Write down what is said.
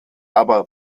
aber